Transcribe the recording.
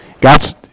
God's